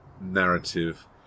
narrative